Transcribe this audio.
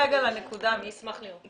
אני אשמח לראות.